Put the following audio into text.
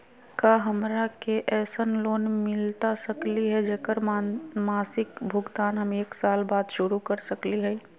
का हमरा के ऐसन लोन मिलता सकली है, जेकर मासिक भुगतान हम एक साल बाद शुरू कर सकली हई?